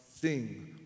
sing